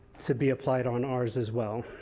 to be applied on ours as well.